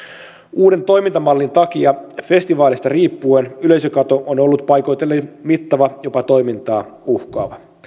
uuden toimintamallin takia festivaalista riippuen yleisökato on ollut paikoitellen mittava jopa toimintaa uhkaava